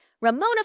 Ramona